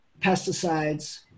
pesticides